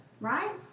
right